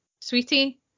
sweetie